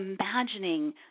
imagining